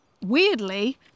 weirdly